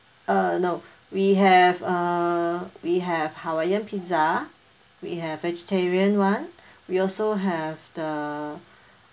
uh no we have uh we have hawaiian pizza we have vegetarian [one] we also have the